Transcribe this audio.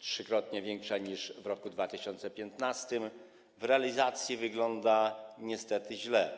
3-krotnie większa niż w roku 2015, w realizacji wygląda niestety źle.